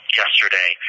yesterday